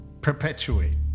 Perpetuate